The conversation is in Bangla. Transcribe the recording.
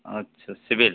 আচ্ছা সিভিল